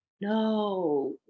no